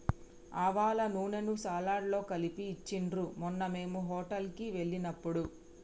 ఆవాల నూనెను సలాడ్స్ లో కలిపి ఇచ్చిండ్రు మొన్న మేము హోటల్ కి వెళ్ళినప్పుడు